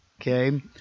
Okay